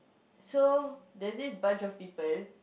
so there's this bunch of people